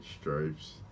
Stripes